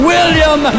William